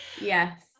Yes